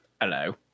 Hello